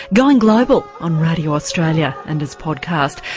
going global on radio australia and as podcast.